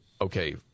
Okay